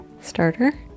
starter